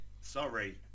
Sorry